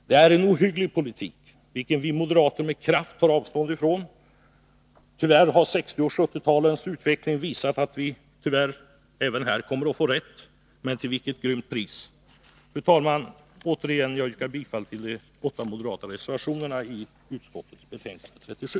Men det är en ohygglig politik, vilken vi moderater med kraft tar avstånd från. 1960 och 1970-talens utveckling har visat att vi även här kommer att få rätt — men till vilket grymt pris! Fru talman! Jag yrkar bifall till de åtta moderata reservationerna i utskottets betänkande 37.